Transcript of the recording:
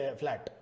flat